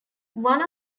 one